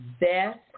best